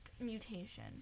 mutation